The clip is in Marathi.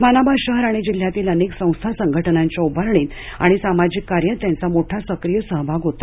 उस्मानाबाद शहर आणि जिल्ह्यातील अनेक संस्था संघटनांच्या उभारणीत आणि सामाजिक कार्यात त्यांचा मोठा सक्रिय सहभाग होता